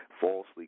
falsely